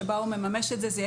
שבה הוא מממש את זה.